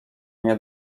nie